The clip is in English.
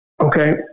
Okay